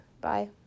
Bye